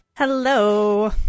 Hello